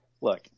look